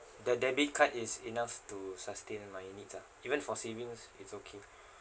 the debit card is enough to sustain my needs ah even for savings it's okay